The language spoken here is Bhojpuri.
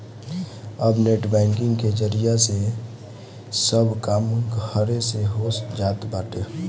अब नेट बैंकिंग के जरिया से सब काम घरे से हो जात बाटे